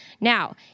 Now